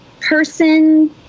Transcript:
person